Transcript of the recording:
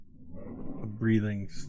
breathing